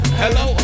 hello